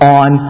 on